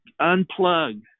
unplug